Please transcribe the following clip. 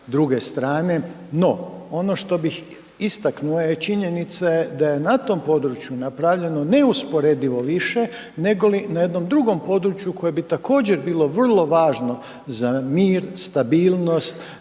druge strane. No, ono što bih istaknuo činjenica je da je na tom području napravljeno neusporedivo više negoli na jednom drugom području koje bi također bilo vrlo važno za mir, stabilnost